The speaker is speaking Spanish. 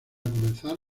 comenzar